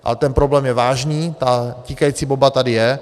Ale ten problém je vážný, ta tikající bomba tady je.